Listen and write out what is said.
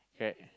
correct